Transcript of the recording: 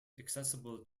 accessible